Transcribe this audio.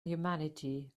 humanity